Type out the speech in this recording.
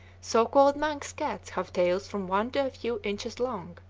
so-called manx cats have tails from one to a few inches long,